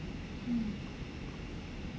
mm